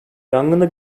yangında